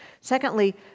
Secondly